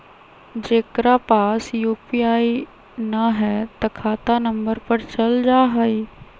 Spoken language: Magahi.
जेकरा पास यू.पी.आई न है त खाता नं पर चल जाह ई?